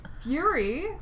Fury